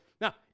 Now